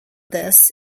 this